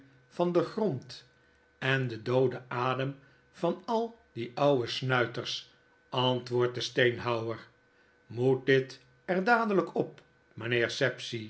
van den grond en den dooden adem van ai die ouwe snuiters antwoordt de steenhouwer moet dit er dadelijk op mijnheer